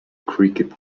cricket